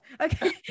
okay